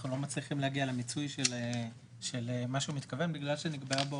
אנחנו לא מצליחים להגיע למיצוי של מה שהוא מתכוון בגלל שנקבעה בו